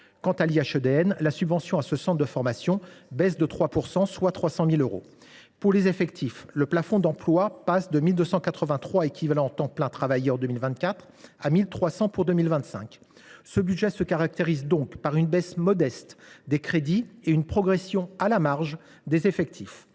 nationale (IHEDN), la subvention à ce centre de formation baisse de 3 %, soit 300 000 euros. Pour les effectifs, le plafond d’emplois passe de 1 283 équivalents temps plein travaillé en 2024 à 1 300 pour 2025. Ce budget se caractérise donc par une baisse modeste des crédits et une progression à la marge des effectifs.